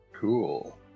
Cool